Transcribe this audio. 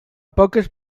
poques